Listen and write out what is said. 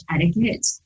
etiquette